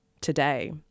today